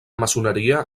maçoneria